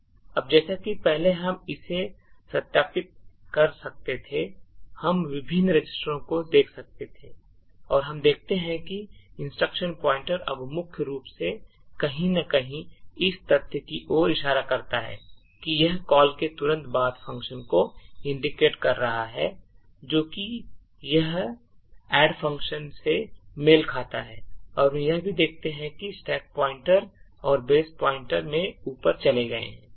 अब जैसा कि पहले हम इसे सत्यापित कर सकते थे हम विभिन्न रजिस्टरों को देख सकते थे और हम देखते हैं कि इंस्ट्रक्शन पॉइंटर अब मुख्य रूप से कहीं न कहीं इस तथ्य की ओर इशारा करता है कि यह कॉल के तुरंत बाद फंक्शन को indicate कर रहा है जो कि यह ऐड फंक्शन से मेल खाता है और हम यह भी देखते हैं कि स्टैक पॉइंटर और बेस पॉइंटर stack में ऊपर चले गए हैं